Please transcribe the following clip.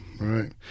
right